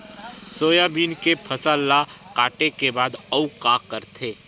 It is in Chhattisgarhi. सोयाबीन के फसल ल काटे के बाद आऊ का करथे?